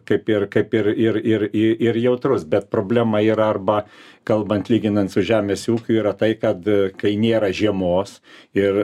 kaip ir kaip ir ir ir ji ir jautrus bet problema yra arba kalbant lyginant su žemės ūkiu yra tai kad kai nėra žiemos ir